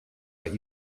like